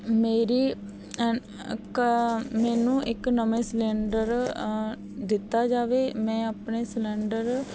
ਮੇਰੀ ਕ ਮੈਨੂੰ ਇੱਕ ਨਵਾਂ ਸਿਲੰਡਰ ਦਿੱਤਾ ਜਾਵੇ ਮੈਂ ਆਪਣੇ ਸਿਲੰਡਰ